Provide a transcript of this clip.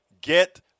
get